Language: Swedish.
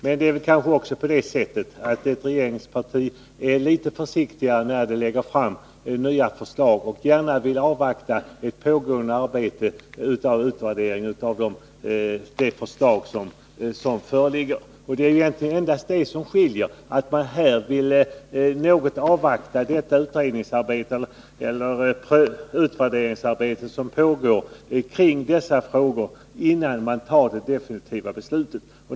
Men det är kanske också på det sättet att ett regeringsparti är litet försiktigare när det gäller att lägga fram nya förslag och gärna vill avvakta pågående arbete med utvärdering av det förslag som föreligger. Det är egentligen endast det som skiljer — att vi här vill avvakta det utredningsarbete som pågår kring dessa frågor innan man fattar det definitiva beslutet.